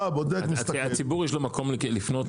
לציבור יש כתובת?